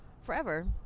forever